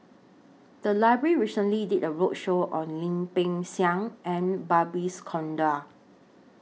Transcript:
The Library recently did A roadshow on Lim Peng Siang and Babes Conde